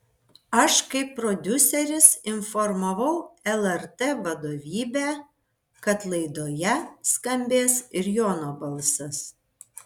aš kaip prodiuseris informavau lrt vadovybę kad laidoje skambės ir jono balsas